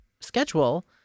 schedule